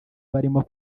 barimo